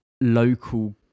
local